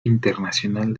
internacional